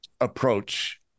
approach